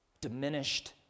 diminished